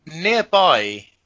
nearby